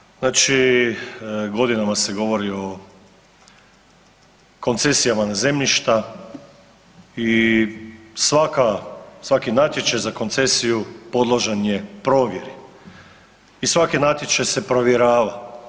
Pa jasno, znači godinama se govori o koncesijama na zemljišta i svaki natječaj za koncesiju podložan je provjeri i svaki natječaj se provjerava.